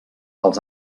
als